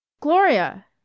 Gloria